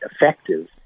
effective